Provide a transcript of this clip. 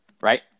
right